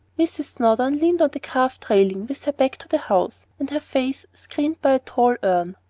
mrs. snowdon leaned on the carved railing, with her back to the house and her face screened by a tall urn.